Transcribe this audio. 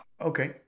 Okay